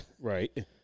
Right